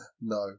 No